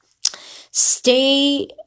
stay